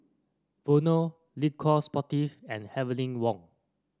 Vono Le Coq Sportif and Heavenly Wang